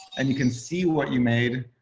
and you can see what you made.